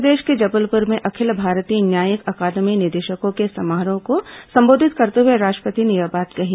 मध्यप्रदेश के जबलपुर में अखिल भारतीय न्यायिक अकादमी निदेशकों के समारोह को संबोधित करते हुए राष्ट्रपति ने यह बात कही